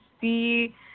see